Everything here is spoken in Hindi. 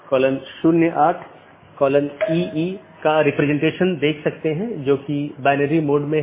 अपडेट मेसेज मूल रूप से BGP साथियों के बीच से रूटिंग जानकारी है